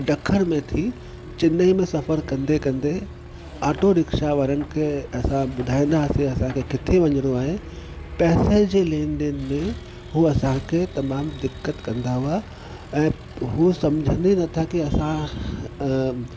दखण में थी चेन्नई में सफ़रु कंदे कंदे ऑटो रिक्शा वारनि खे असां ॿुधाईंदा हुआसीं असांखे किथे वञीणो आहे पैसे जे लेन देन में उहे असांखे तमामु दिक़त कंदा हुआ ऐं उहे सम्झनि ई नथा की असां